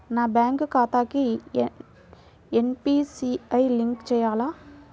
నా బ్యాంక్ ఖాతాకి NPCI link చేయాలా?